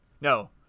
No